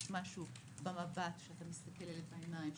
יש משהו במבט כשאתה מסתכל לילד בעיניים,